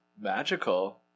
magical